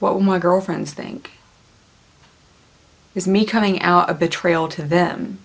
well my girlfriends think is me coming out a betrayal to them